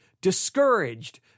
discouraged